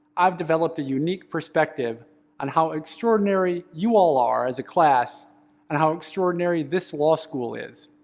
i've developed a unique perspective on how extraordinary you all are as a class and how extraordinary this law school is.